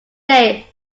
day